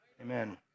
Amen